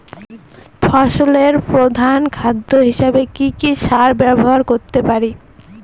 ফসলের প্রধান খাদ্য হিসেবে কি কি সার ব্যবহার করতে পারি?